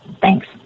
Thanks